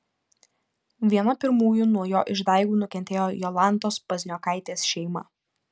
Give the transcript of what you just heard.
viena pirmųjų nuo jo išdaigų nukentėjo jolantos pazniokaitės šeima